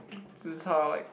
zi-char like